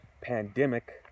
pandemic